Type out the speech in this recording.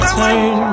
turn